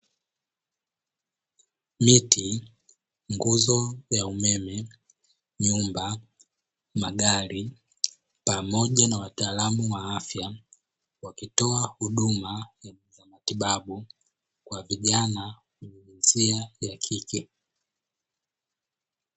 Miti, nguzo ya umeme ,nyumba ,magari pamoja na wataalamu wa afya wakitoa huduma za matibabu kwa vijana wenye jinsia ya kike.